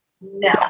No